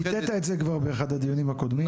ביטאת את זה כבר באחד הדיונים הקודמים.